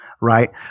right